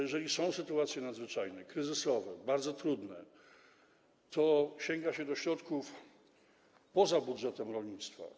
Jeżeli są sytuacje nadzwyczajne, kryzysowe, bardzo trudne, to sięga się do środków spoza budżetu rolnictwa.